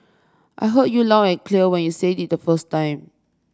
I heard you loud and clear when you said it the first time